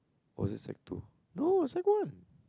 or was it sec two no sec one